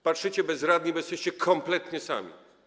Patrzycie bezradnie, bo jesteście kompletnie sami.